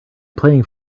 playing